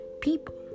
people